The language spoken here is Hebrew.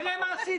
את עמדת